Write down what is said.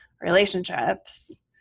relationships